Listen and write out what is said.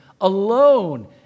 alone